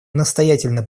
настоятельно